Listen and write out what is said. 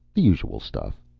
the usual stuff.